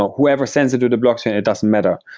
whoever sends it to the blockchain, it doesn't matter.